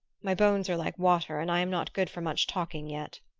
my bones are like water and i am not good for much talking yet.